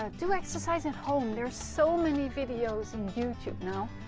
um do exercise at home, there are so many videos in youtube now.